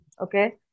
okay